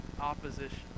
opposition